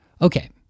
Okay